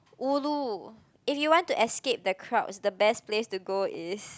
ulu if you want to escape the crowds the best place to go is